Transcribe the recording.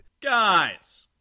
Guys